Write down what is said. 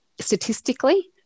statistically